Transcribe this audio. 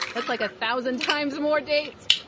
that's like a thousand times more dates